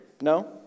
No